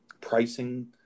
pricing